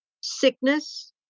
sickness